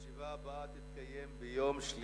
ברשות יושב-ראש הישיבה, הנני מתכבד להודיעכם,